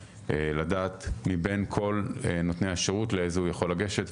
לדעת מבין כל נותני השירות לאיזה הוא יכול לגשת,